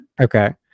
Okay